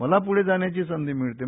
मला पुढं जाण्याची संधी मिळते आहे